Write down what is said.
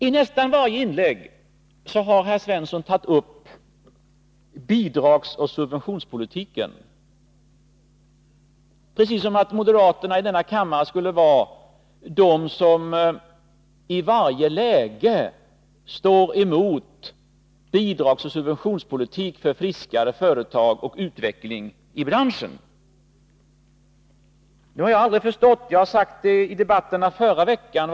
I nästan varje inlägg har herr Svensson tagit upp bidragsoch subventionspolitiken precis som om moderaterna i denna kammare skulle vara de som i varje läge står emot bidragsoch subventionspolitik och för friskare företag och utveckling av branschen. Det har jag aldrig förstått. Jag sade det i debatterna i förra veckan.